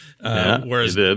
Whereas